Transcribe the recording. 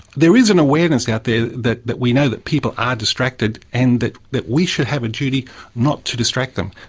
there is an awareness out there that that we know that people are distracted and that that we should have a duty not to distract them.